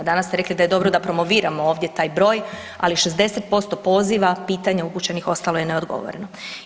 Danas ste rekli da je dobro da promoviramo ovdje taj broj, ali 60% poziva pitanja upućenih ostalo je neodgovoreno.